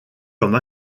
comme